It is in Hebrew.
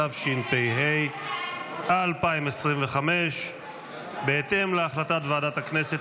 התשפ"ה 2025. בהתאם להחלטת ועדת הכנסת